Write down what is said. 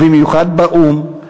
ובמיוחד באו"ם,